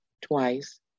twice